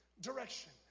direction